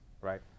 right